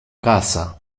casa